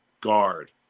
guard